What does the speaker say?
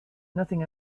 nothing